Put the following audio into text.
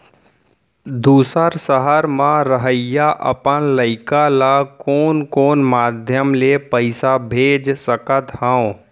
दूसर सहर म रहइया अपन लइका ला कोन कोन माधयम ले पइसा भेज सकत हव?